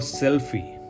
selfie